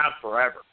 forever